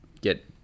get